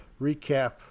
recap